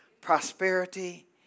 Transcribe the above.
prosperity